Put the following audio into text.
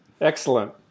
Excellent